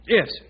Yes